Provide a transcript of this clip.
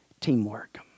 Teamwork